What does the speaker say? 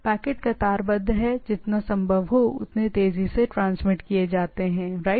तो पैकेट कतारबद्ध और जितना संभव हो उतना तेजी से ट्रांसमिट किए जाते हैं राइट